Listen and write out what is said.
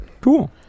Cool